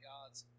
God's